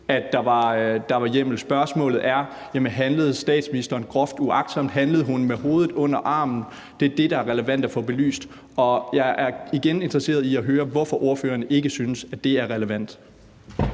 at der var hjemmel. Spørgsmålet er: Handlede statsministeren groft uagtsomt? Handlede hun med hovedet under armen? Det er det, der er relevant at få belyst. Og jeg er igen interesseret i at høre, hvorfor ordføreren ikke synes, at det er relevant.